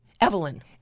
Evelyn